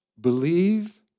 believe